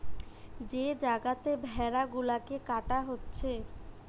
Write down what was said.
যে জাগাতে ভেড়া গুলাকে কাটা হচ্ছে